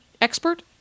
expert